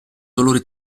dolore